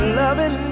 loving